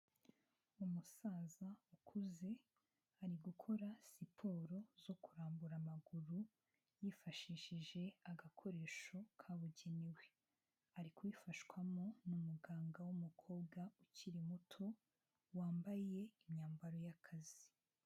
Umusaza ukuze ari gukora siporo zo kurambura amaguru yifashishije agakoresho kabugenewe, ari kubifashwamo n'umuganga w'umukobwa ukiri muto wambaye imyambaro y'akazi.